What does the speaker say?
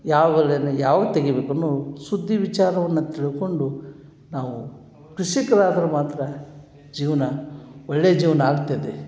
ಯಾವ ಹೊಲನ ಯಾವಾಗ ತೆಗಿಬೇಕು ಅನ್ನೋ ಸುದ್ದಿ ವಿಚಾರವನ್ನು ತಿಳ್ಕೊಂಡು ನಾವು ಕೃಷಿಕ್ರು ಆದ್ರೆ ಮಾತ್ರ ಜೀವನ ಒಳ್ಳೆಯ ಜೀವನ ಆಗ್ತದೆ